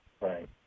Right